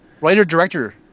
Writer-director